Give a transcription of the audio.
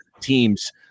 teams